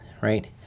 right